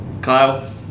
Kyle